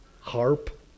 harp